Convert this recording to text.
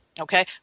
Okay